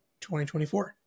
2024